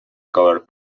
cover